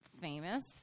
famous